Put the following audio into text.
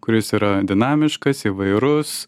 kuris yra dinamiškas įvairus